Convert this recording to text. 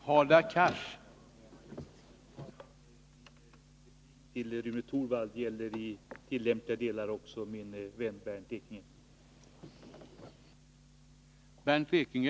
Herr talman! Min replik till Rune Torwald gäller i tillämpliga delar också min vän Bernt Ekinge.